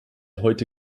heute